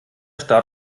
start